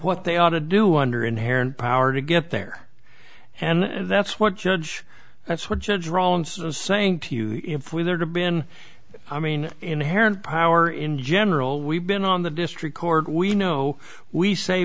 what they ought to do under inherent power to get there and that's what judge that's what judge rawlinson was saying to you if we there have been i mean inherent power in general we've been on the district court we know we say